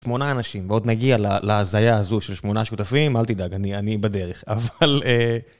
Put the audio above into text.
שמונה אנשים, ועוד נגיע להזיה הזו של שמונה שותפים, אל תדאג, אני, אני בדרך, אבל...